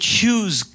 choose